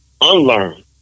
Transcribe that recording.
unlearn